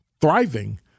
thriving